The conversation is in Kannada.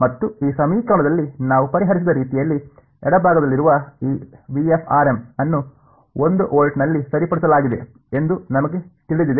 ಮತ್ತು ಈ ಸಮೀಕರಣದಲ್ಲಿ ನಾವು ಪರಿಹರಿಸಿದ ರೀತಿಯಲ್ಲಿ ಎಡಭಾಗದಲ್ಲಿರುವ ಈ ಅನ್ನು 1 ವೋಲ್ಟ್ನಲ್ಲಿ ಸರಿಪಡಿಸಲಾಗಿದೆ ಎಂದು ನಮಗೆ ತಿಳಿದಿದೆ